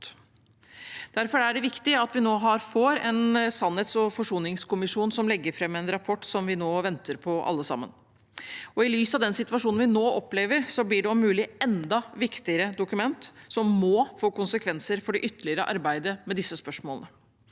Derfor er det viktig at vi har en sannhets- og forsoningskommisjon som skal legge fram en rapport som vi nå venter på alle sammen. I lys av situasjonen vi nå opplever, blir det om mulig et enda viktigere dokument som må få konsekvenser for det ytterligere arbeidet med disse spørsmålene.